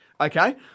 Okay